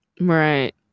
Right